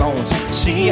See